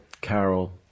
Carol